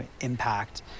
impact